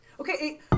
Okay